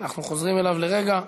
אנחנו חוזרים אליו לרגע.